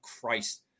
Christ